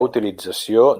utilització